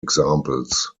examples